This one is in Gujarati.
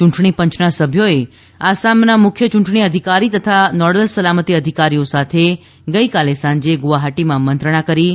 ચૂંટણી પંચના સભ્યોએ આસામના મુખ્ય ચૂંટણી અધિકારી તથા નોડલ સલામતી અધિકારીઓ સાથે ગઈકાલે સાંજે ગુવહાટીમાં મંત્રણા કરી હતી